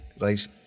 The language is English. right